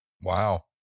Wow